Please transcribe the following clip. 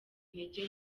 intege